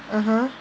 (uh huh)